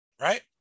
right